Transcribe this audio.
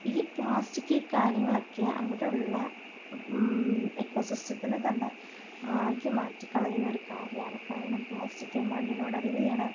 ഈ പ്ലാസ്റ്റിക് കാര്യങ്ങളൊക്കെ അവിടെയുള്ള എക്കോസിസ്റ്റത്തിനെ തന്നെ ആകെ മാറ്റിക്കളയുന്നൊരു കാര്യമാണ് കാരണം പ്ലാസ്റ്റിക് മണ്ണിനോടലിഞ്ഞ് ചേരാൻ